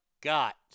got